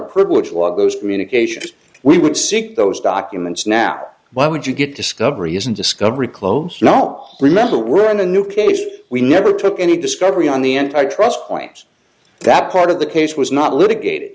privilege of law those communications we would seek those documents now why would you get discovery isn't discovery clones not remember we're in the new case we never took any discovery on the antitrust point that part of the case was not litigated